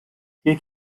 hier